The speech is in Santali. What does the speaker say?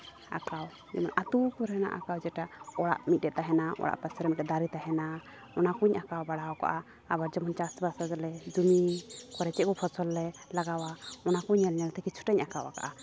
ᱟᱸᱠᱟᱣ ᱟᱛᱳ ᱠᱚᱨᱮᱱᱟᱜ ᱟᱸᱠᱟᱣ ᱡᱮᱴᱟ ᱚᱲᱟᱜ ᱢᱤᱫᱴᱮᱡ ᱛᱟᱦᱮᱱᱟ ᱯᱟᱥᱮ ᱨᱮ ᱢᱤᱫᱴᱟᱝ ᱫᱟᱨᱮ ᱛᱟᱦᱮᱱᱟ ᱚᱱᱟ ᱠᱚᱸᱧ ᱟᱸᱠᱟᱣᱟ ᱵᱟᱲᱟ ᱠᱟᱜᱼᱟ ᱟᱵᱟᱨ ᱪᱟᱥᱼᱵᱟᱥ ᱠᱟᱫᱟ ᱞᱮ ᱡᱚᱢᱤ ᱠᱚᱨᱮ ᱪᱮᱫ ᱠᱚ ᱯᱷᱚᱥᱚᱞ ᱞᱮ ᱞᱟᱜᱟᱣᱟ ᱚᱱᱟ ᱠᱚ ᱧᱮᱞ ᱧᱮᱞ ᱛᱮᱜᱮ ᱠᱤᱪᱷᱩᱴᱟᱧ ᱟᱸᱠᱟᱣᱟ ᱠᱟᱜᱼᱟ